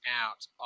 out